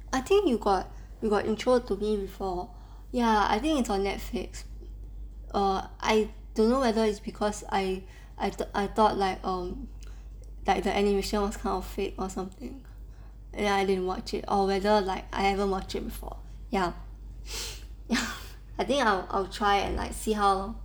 I think you got you got intro to me before ya I think it's on netflix err I don't know whether it's because I I th~ thought like um like the animation was kind of fake or something then I didn't watch it or rather I've never watched it before ya I think I'll try and like see how